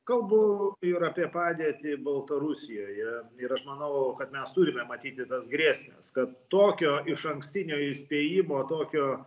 kalbu ir apie padėtį baltarusijoje ir aš manau kad mes turime matyti tas grėsmes kad tokio išankstinio įspėjimo tokio